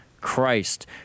christ